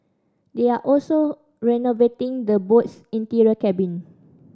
they are also renovating the boat's interior cabin